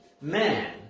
man